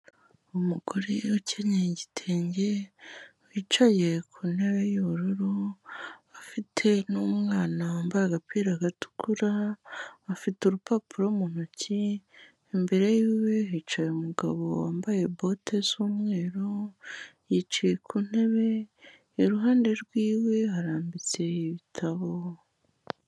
Umugore ukenyeye igitenge, wicaye ku ntebe y'ubururu, afite n'umwana wambaye agapira gatukura, afite urupapuro mu ntoki, imbere yiwe hicaye umugabo wambaye bote z'umweru, yicaye ku ntebe, iruhande rwiwe harambitse ibitabo.